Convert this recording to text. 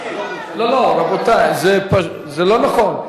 בלשכת עורכי-הדין יש, לא, רבותי, זה לא נכון.